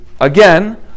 again